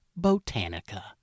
Botanica